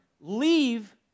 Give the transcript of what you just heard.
leave